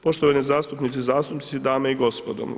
Poštovani zastupnici i zastupnici, dame i gospodo.